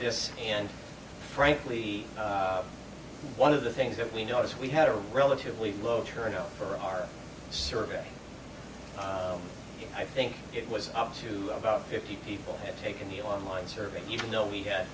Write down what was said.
this and frankly one of the things that we know is we had a relatively low turnout for our survey i think it was up to about fifty people had taken the online survey even though we had